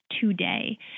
Today